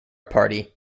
party